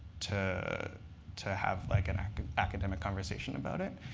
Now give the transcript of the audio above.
to to have like an academic conversation about it.